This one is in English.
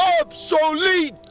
obsolete